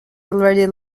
already